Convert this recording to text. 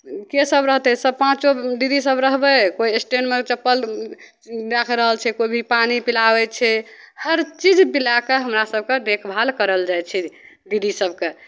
के सब रहतय सब पाँचो दीदी सब रहबय कोइ एस्टेंडमे चप्पल देख रहल छै कोइ भी पानि पिलाबय छै हर चीज पिला कऽ हमरा सबके देखभाल करल जाइ छै दीदी सबके